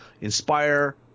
inspire